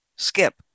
Skip